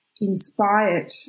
inspired